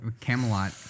Camelot